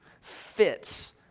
fits